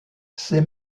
c’est